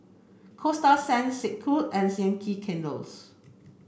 Coasta Sands Snek Ku and Yankee Candles